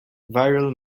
viral